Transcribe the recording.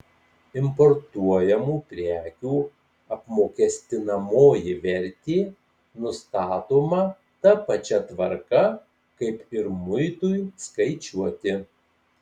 importuojamų prekių apmokestinamoji vertė nustatoma ta pačia tvarka kaip ir muitui skaičiuoti